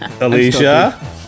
alicia